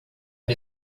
era